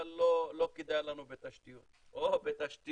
אבל לא כדאי לנו בתשתיות, או בתשתיות